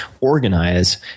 organize